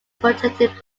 protected